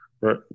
right